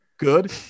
Good